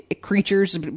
creatures